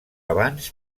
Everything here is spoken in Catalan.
abans